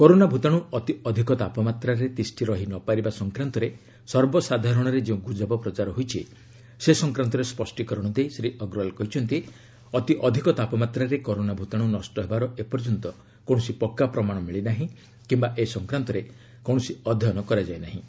corona ଭୂତାଣୁ ଅତି ଅଧିକ ତାପମାତ୍ରାରେ ତିଷ୍ଠି ରହିନପାରିବା ସଂକ୍ରାନ୍ତରେ ସର୍ବସାଧାରଣରେ ଯେଉଁ ଗୁଜବ ପ୍ରଚାର ହୋଇଛି ସେ ସଂକ୍ରାନ୍ତରେ ସ୍ୱଷ୍ଟିକରଣ ଦେଇ ଶ୍ରୀ ଅଗ୍ରୱାଲ କହିଛନ୍ତି ଅତି ଅଧିକ ତାପମାତ୍ରାରେ କରୋନା ଭୂତାଣୁ ନଷ୍ଟ ହେବାର ଏପର୍ଯ୍ୟନ୍ତ କୌଣସି ପକ୍କା ପ୍ରମାଣ ମିଳିନାହିଁ କିମ୍ବା ଏ ସଂକ୍ରାନ୍ତରେ କକିଣସି ଅଧ୍ୟୟନ କରାଯାଇ ନାହିଁ